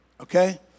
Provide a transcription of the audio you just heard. okay